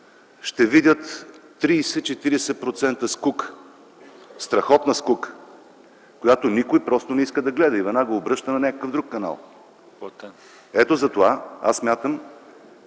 ще видят 30-40% скука. Страхотна скука, която никой просто не иска да гледа и веднага обръща на някой друг канал. Ето затова смятам,